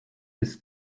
his